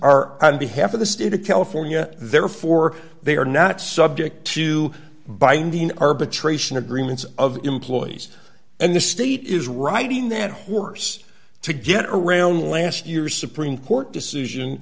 are on behalf of the state of california therefore they are not subject to binding arbitration agreements of employees and the state is right in that horse to get around last year's supreme court decision